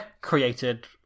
created